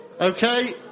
Okay